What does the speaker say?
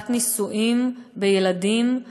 עריכת ניסויים בילדים,